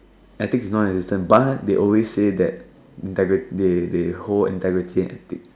ethics is not a but they always say that integrity they they hold integrity and ethics